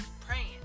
praying